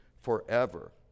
forever